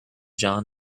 john